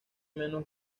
menos